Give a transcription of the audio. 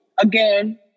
again